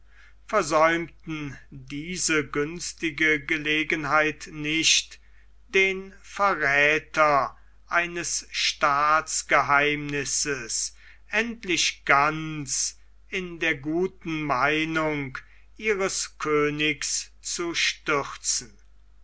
versäumten diese günstige gelegenheit nicht den verräther eines staatsgeheimnisses endlich ganz in der guten meinung ihres königs zu stürzen